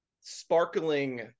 sparkling